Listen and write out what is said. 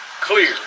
clear